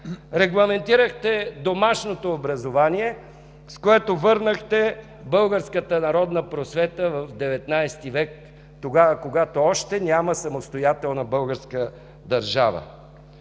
Регламентирахте домашното образование, с което върнахте българската народна просвета в ХІХ век – тогава, когато още няма самостоятелна българска държава.